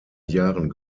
jahren